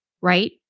right